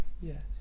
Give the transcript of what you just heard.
yes